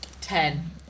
Ten